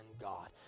God